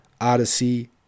Odyssey